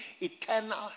eternal